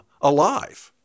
alive